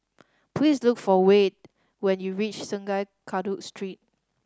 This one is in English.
please look for Wayde when you reach Sungei Kadut Street